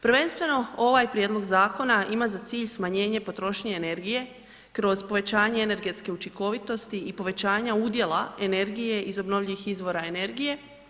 Prvenstveno ovaj prijedlog zakona ima za cilj smanjenje potrošnje energije kroz pojačanje energetske učinkovitosti i povećanja udjela energije iz obnovljivih izvora energije.